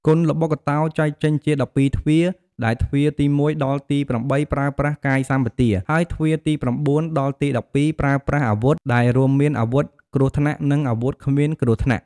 គុនល្បុក្កតោ ចែកចេញជា ១២ទ្វារ ដែល ទ្វារទី១ ដល់ទី៨ ប្រើប្រាស់ កាយសម្បទា ហើយទ្វារទី៩ ដល់ទី១២ ប្រើប្រាស់ អាវុធ ដែលរួមមានអាវុធគ្រោះថ្នាក់ និងអាវុធគ្មានគ្រោះថ្នាក់ ។